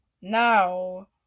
now